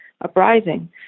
uprising